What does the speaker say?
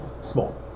Small